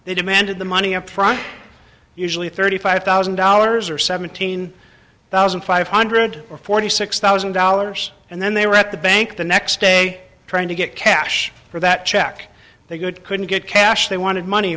they demanded the money up front usually thirty five thousand dollars or seventeen thousand five hundred or forty six thousand dollars and then they were at the bank the next day trying to get cash for that check they could couldn't get cash they wanted money